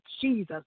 Jesus